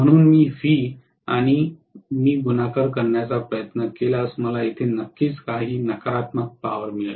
म्हणून मी V आणि मी गुणाकार करण्याचा प्रयत्न केल्यास मला येथे नक्कीच काही नकारात्मक पॉवर मिळेल